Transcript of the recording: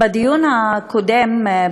בדיון הקודם,